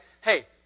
hey